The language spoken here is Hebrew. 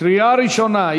קריאה ראשונה.